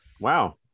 wow